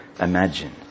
imagine